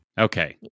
Okay